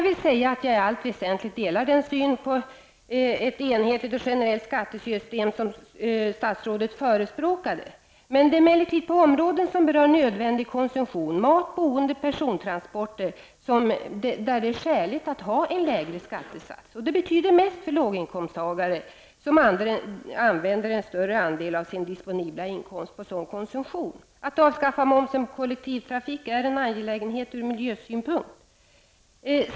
I allt väsentligt delar jag den syn på ett enhetligt och generellt skattesystem som statsrådet förespråkade. Det är emellertid på områden som berör nödvändig konsumtion -- mat, boende och persontransporter -- där det enligt vår uppfattning är skäligt att ha en lägre skattesats. Det betyder mest för låginkomsttagare eftersom de lägger en större andel av sin disponibla inkomst på sådan konsumtion. Att avskaffa momsen på kollektivtrafik är också en angelägenhet ur miljösynpunkt.